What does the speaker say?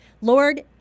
Lord